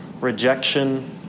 rejection